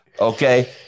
Okay